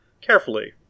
carefully